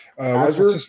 Azure